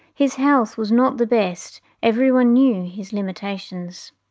his health was not the best. everyone knew his limitations.